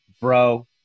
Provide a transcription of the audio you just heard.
Bro